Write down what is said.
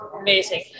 amazing